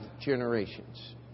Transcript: generations